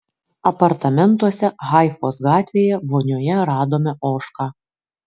apartamentuose haifos gatvėje vonioje radome ožką